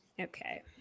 Okay